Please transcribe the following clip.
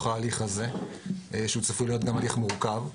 ההליך הזה שהוא צפוי להיות גם הליך מורכב.